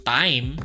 time